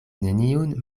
neniun